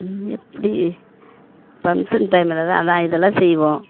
இங்கே எப்படி ஃபங்க்ஷன் டைமில் தான் அதான் இதெல்லாம் செய்வோம்